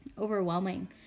overwhelming